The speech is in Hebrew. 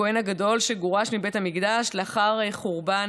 הכוהן הגדול שגורש מבית המקדש לאחר חורבן